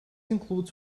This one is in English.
includes